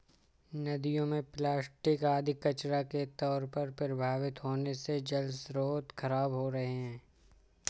नदियों में प्लास्टिक आदि कचड़ा के तौर पर प्रवाहित होने से जलस्रोत खराब हो रहे हैं